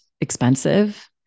expensive